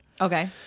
okay